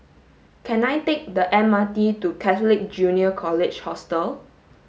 can I take the M R T to Catholic Junior College Hostel